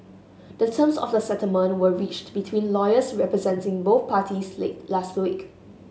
the terms of the settlement were reached between lawyers representing both parties late last week